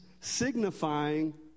signifying